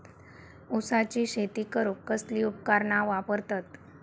ऊसाची शेती करूक कसली उपकरणा वापरतत?